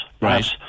right